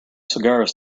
cigars